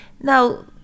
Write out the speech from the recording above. Now